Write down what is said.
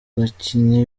bakinnyi